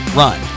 run